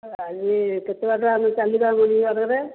ଆଜି କେତେ ବାଟ ଆମେ ଚାଲିବା ମର୍ଣ୍ଣିଂ ୱାକ୍ରେ